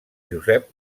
josep